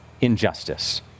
injustice